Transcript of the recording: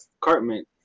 Cartman